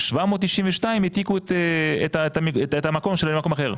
792 העתיקו את המקום שלהם למקום אחר.